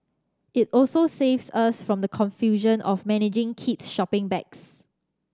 it also saves us from the confusion of managing kids shopping bags